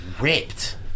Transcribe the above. ripped